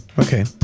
okay